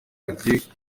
bagiye